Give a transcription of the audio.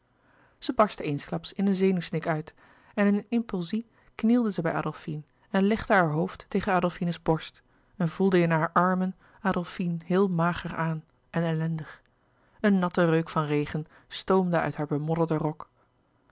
zij barstte eensklaps in een zenuwsnik uit en in een impulzie knielde zij bij adolfine en legde haar hoofd tegen adolfine's borst en voelde in hare armen adolfine heel mager aan en ellendig een natte reuk van regen stoomde uit haar bemodderde rok